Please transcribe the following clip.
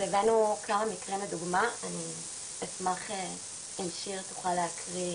אני אשמח אם שיר תוכל להקריא.